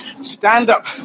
stand-up